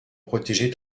protéger